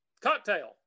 Cocktail